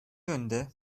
yönde